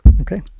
Okay